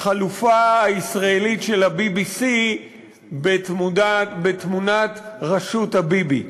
לחלופה הישראלית של ה-BBC בדמות "רשות הביבי".